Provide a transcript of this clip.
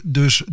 dus